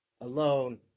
alone